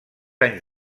anys